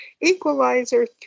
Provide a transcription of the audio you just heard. Equalizer